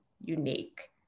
unique